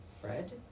fred